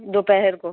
دوپہر کو